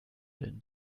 than